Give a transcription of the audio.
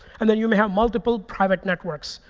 and then you may have multiple private networks,